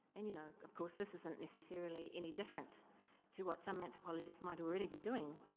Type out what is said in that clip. and you know, of course, this isn't necessarily any different to what some anthropologists might already be doing.